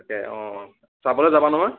তাকে অ' চাবলৈ যাবা নহয়